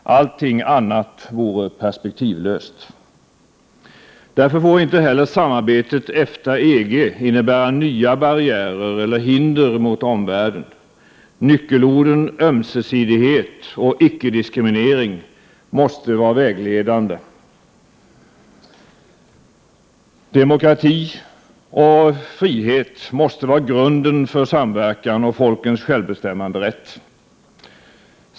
Allting annat vore perspektivlöst. Därför får inte heller samarbetet EFTA —EG innebära nya barriärer eller hinder mot omvärlden. Nyckelorden ömsesidighet och icke-diskriminering måste vara vägledande. Demokrati och frihet måste vara grunden för samverkan och folkens självbestämmanderätt.